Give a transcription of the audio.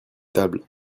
tables